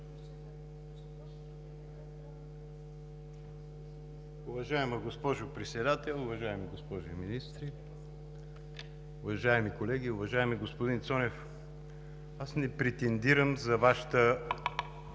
Уважаема госпожо Председател, уважаеми госпожи министри, уважаеми колеги! Уважаеми господин Цонев, аз не претендирам да имам